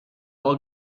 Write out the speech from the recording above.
all